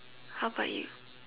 how about you